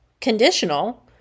conditional